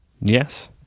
Yes